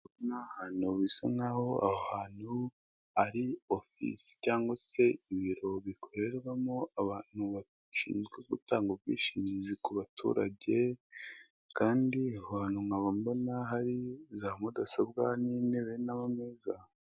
Ni ahantu bisa nk'aho hantu ari ofisi cyangwa se ibiro bikorerwamo abantu bashinzwe gutanga ubwishingizi ku baturage, kandi aho hantu nkaba mbona hari za mudasobwa n'intebe n'ameza.